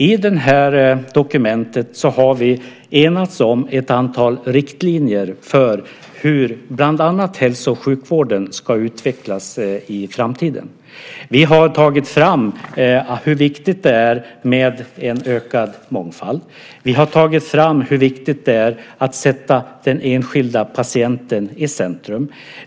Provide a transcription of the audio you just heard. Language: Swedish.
I dokumentet har vi enats om ett antal riktlinjer för hur bland annat hälso och sjukvården ska utvecklas i framtiden. Vi framhåller hur viktigt det är med en ökad mångfald och hur viktigt det är att sätta den enskilda patienten i centrum.